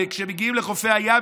וכשמגיעים לחופי הים,